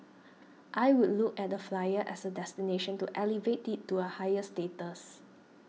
I would look at the Flyer as a destination to elevate it to a higher status